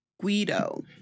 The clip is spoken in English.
guido